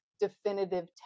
definitive